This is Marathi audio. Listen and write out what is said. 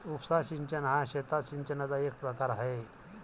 उपसा सिंचन हा शेतात सिंचनाचा एक प्रकार आहे